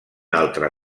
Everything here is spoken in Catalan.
altre